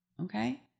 Okay